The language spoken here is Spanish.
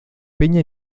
peña